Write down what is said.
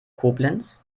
koblenz